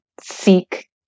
seek